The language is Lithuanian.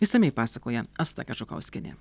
išsamiai pasakoja asta kažukauskienė